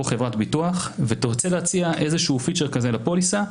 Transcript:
חברת ביטוח ותרצה להציע פיצ'ר כזה לפוליסה,